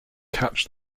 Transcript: catch